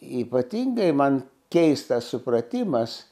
ypatingai man keistas supratimas